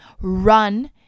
run